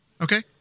Okay